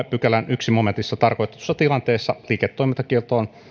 pykälän ensimmäisessä momentissa tarkoitetuissa tilanteissa liiketoimintakieltoon